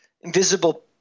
invisible